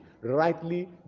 Rightly